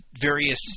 various